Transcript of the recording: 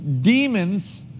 demons